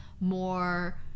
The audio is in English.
more